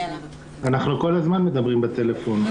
אנחנו כל הזמן מדברים בטלפון,